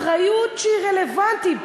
אחריות שהיא רלוונטית,